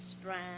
Strand